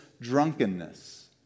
drunkenness